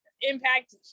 impact